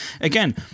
again